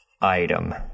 item